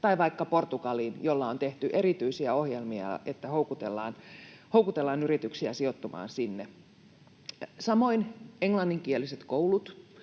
tai vaikka Portugaliin, jolle on tehty erityisiä ohjelmia, että houkutellaan yrityksiä sijoittumaan sinne — samoin englanninkieliset koulut.